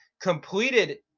completed